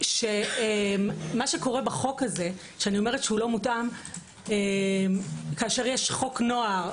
אומרת שאינו מותאם - כשיש חוק נוער,